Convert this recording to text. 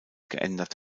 geändert